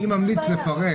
אני ממליץ לפרט.